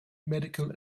medical